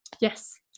yes